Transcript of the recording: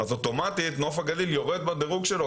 לכן אוטומטית נוף הגליל יורד בדירוג שלו,